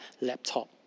laptop